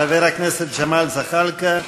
חבר הכנסת ג'מאל זחאלקה,